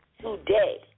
Today